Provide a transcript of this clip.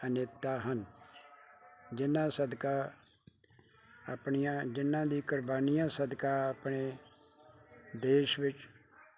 ਨੇਤਾ ਹਨ ਜਿਨ੍ਹਾਂ ਸਦਕਾ ਆਪਣੀਆਂ ਜਿਨ੍ਹਾਂ ਦੀ ਕੁਰਬਾਨੀਆਂ ਸਦਕਾ ਆਪਣੇ ਦੇਸ਼ ਵਿੱਚ